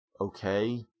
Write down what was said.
okay